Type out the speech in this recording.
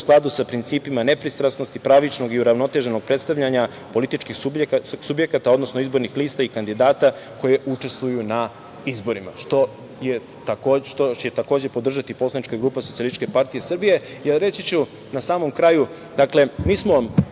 u skladu sa principima nepristrasnosti, pravičnog i uravnoteženog predstavljanja političkih subjekata, odnosno izbornih lista i kandidata koji učestvuju na izborima što će takođe podržati poslanička grupa SPS, jer reći ću na samom kraju, dakle, mi smo kao